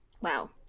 Wow